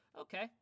Okay